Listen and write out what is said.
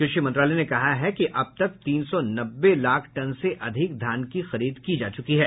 कृषि मंत्रालय ने कहा कि अब तक तीन सौ नब्बे लाख टन से अधिक धान की खरीद की जा चूकी है